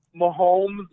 Mahomes